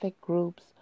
groups